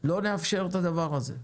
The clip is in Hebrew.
לא נאפשר את הדבר הזה.